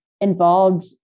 involved